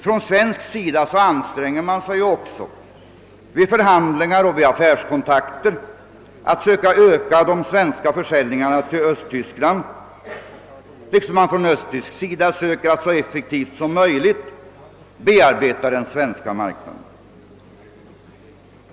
Från svensk sida anstränger man sig också vid förhandlingar och affärskontakter att försöka öka de svenska försäljningarna till Östtyskland, liksom man från östtysk sida försöker att så effektivt som möjligt bearbeta den svenska marknaden.